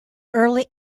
early